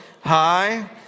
Hi